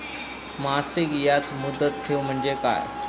मासिक याज मुदत ठेव म्हणजे काय?